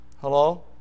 Hello